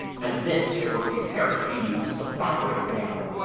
and this they were prepared to use as a battering-ram.